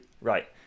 right